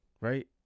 right